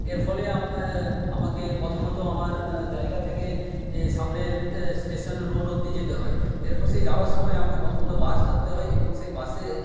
এর ফলে আমাকে প্রথমত আমার জায়গা থেকে সামনের স্টেশন রোড অব্দি যেতে হয় এর সেই যাওয়ার সময় আমাকে প্রথমত বাস ধরতে হয় এবং সেই বাসে